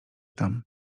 tam